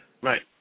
Right